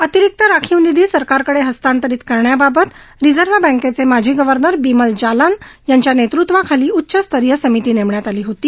अतिरिक्त राखीव निधी सरकारकडे इस्तांतरित करण्याबाबत रिझर्व्ह बँकेचे माजी गव्हर्नर बिमल जालान यांच्या नेतृत्वाखाली उच्चस्तरीय समिती नेमण्यात आली होती